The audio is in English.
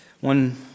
One